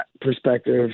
perspective